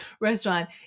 restaurant